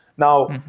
now,